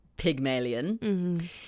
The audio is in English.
Pygmalion